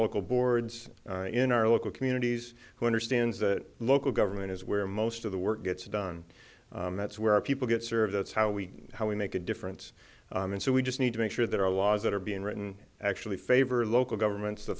local boards in our local communities who understands that local government is where most of the work gets done and that's where people get served that's how we how we make a difference and so we just need to make sure that our laws that are being written actually favor local governments the